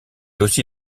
aussi